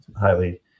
highly